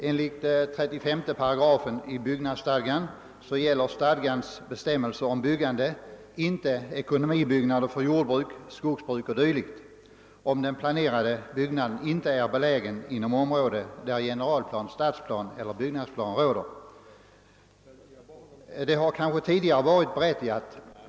Enligt 35 8 byggnadsstadgan gäller bestämmelserna inte ekonomibyggnader för jordbruk, skogsbruk o.d. om den planerade byggnaden inte är belägen inom område där generalplan, stadsplan eller byggnadsplan råder. Detta har kanske tidigare varit berättigat.